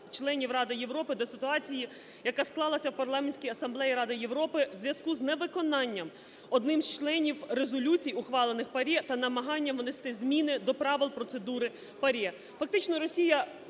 держав-членів Ради Європи до ситуації, яка склалася в Парламентській Асамблеї Ради Європи у зв'язку з невиконанням одним із членів резолюцій, ухвалених ПАРЄ, та намаганням внести зміни до правил процедури ПАРЄ.